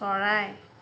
চৰাই